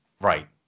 Right